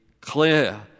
clear